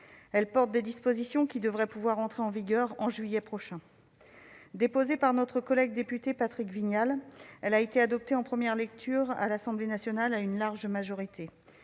dont les dispositions devraient pouvoir entrer en vigueur en juillet prochain. Déposée par notre collègue député Patrick Vignal, elle a été adoptée en première lecture à l'Assemblée nationale à une large majorité.